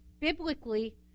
biblically